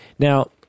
Now